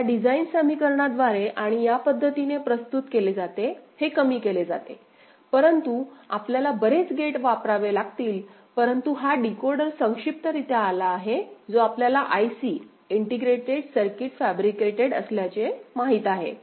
या डिझाइन समीकरणाद्वारे आणि या पद्धतीने प्रस्तुत केले जाते हे कमी केले जाते परंतु आपल्याला बरेच गेट वापरावे लागतील परंतु हा डीकोडर संक्षिप्तरित्या आला आहे जो आपल्याला आयसी इंटिग्रेटेड सर्किट फॅब्रिकेटेड असल्याचे माहित आहे